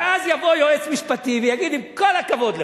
ואז יבוא יועץ משפטי ויגיד, עם כל הכבוד לך,